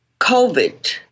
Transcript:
COVID